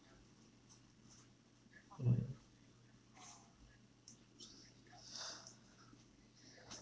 hmm